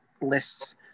lists